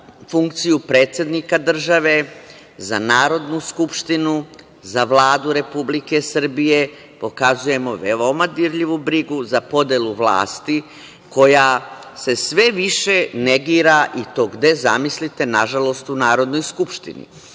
funkciju predsednika države, za Narodnu skupštinu, za Vladu Republike Srbije, pokazujemo veoma dirljivu brigu za podelu vlasti koja se sve više negira i to gde, zamislite, na žalost u Narodnoj skupštini. Razumemo